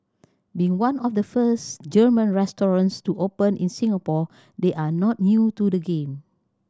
being one of the first German restaurants to open in Singapore they are not new to the game